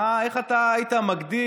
איך אתה היית מגדיר,